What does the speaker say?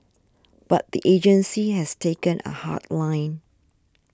but the agency has taken a hard line